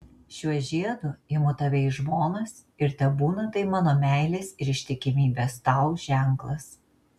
šiuo žiedu imu tave į žmonas ir tebūna tai mano meilės ir ištikimybės tau ženklas